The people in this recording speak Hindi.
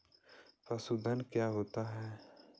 पशुधन क्या होता है?